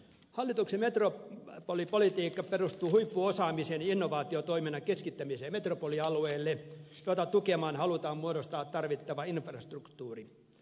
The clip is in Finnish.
hallituksen metropolipolitiikka perustuu huippuosaamisen ja innovaatiotoiminnan keskittämiseen metropolialueelle jota tukemaan halutaan muodostaa tarvittava infrastruktuuri